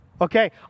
Okay